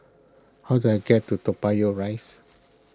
how do I get to Toa Payoh Rise